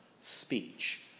speech